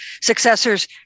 successors